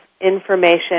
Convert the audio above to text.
information